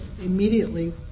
immediately